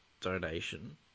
donation